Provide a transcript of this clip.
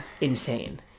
insane